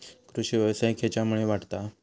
कृषीव्यवसाय खेच्यामुळे वाढता हा?